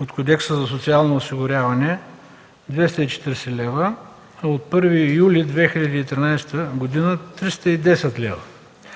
от Кодекса за социално осигуряване – 240 лв., а от 1 юли 2013 г. – 310 лв.”